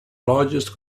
largest